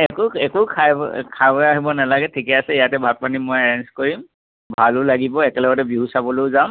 এই একো একো খাই বৈ খাই বৈ আহিব নালাগে ঠিকেই আছে ইয়াতে ভাত পানী মই এৰেঞ্জ কৰিম ভালো লাগিব একেলগতে বিহু চাবলৈও যাম